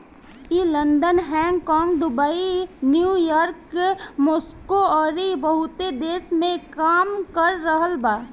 ई London, Hong Kong, Dubai, New York, Moscow अउरी बहुते देश में काम कर रहल बा